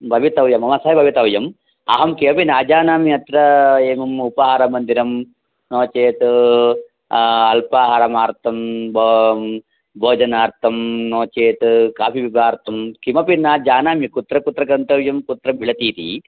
भवितव्यम् मम स भवितव्यम् अहं किमपि न जानामि अत्र एवम् उपाहारमन्दिरं नो चेत् अल्पाहारार्थं बो भोजनार्थं नो चेत् काफ़ि पिबार्थं किमपि न जानामि कुत्र कुत्र गन्तव्यं कुत्र मिलतीति